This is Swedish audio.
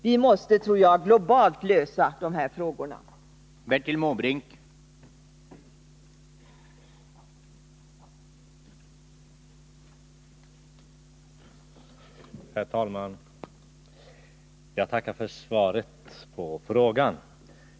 Vi måste lösa de här frågorna globalt.